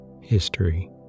History